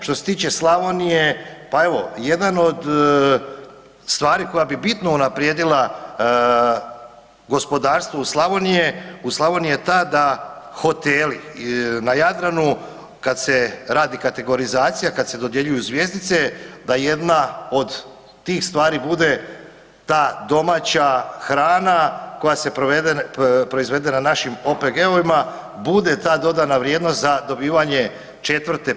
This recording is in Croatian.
Što se tiče Slavonije pa evo jedan od stvari koja bi bitno unaprijedila gospodarstvo Slavonije, u Slavonija je ta da hoteli na Jadranu kad se radi kategorizacija, kad se dodjeljuju zvjezdice da jedna od tih stvari bude ta domaća hrana koja se proizvede na našim OPG-ovima bude ta dodana vrijednost za dobivanje 4, 5 ili 6 zvjezdice.